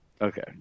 Okay